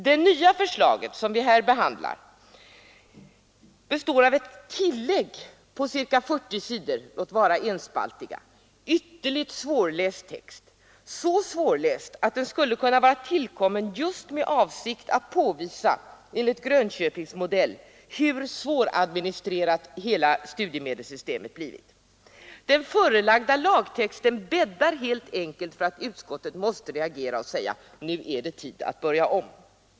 Det nya förslaget, som vi här behandlar, består av ett tillägg på ca 40 sidor — låt vara enspaltiga — ytterligt svårläst text, så svårläst att den skulle kunna vara tillkommen just med avsikt att påvisa, enligt Grönköpingsmodell, hur svåradministrerat hela studiemedelssystemet blivit. Den framlagda lagtexten bäddar helt enkelt för att utskottet måste reagera och säga: Nu är det tid att börja om.